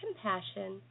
compassion